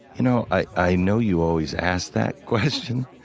you know, i i know you always ask that question,